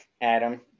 Adam